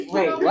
Wait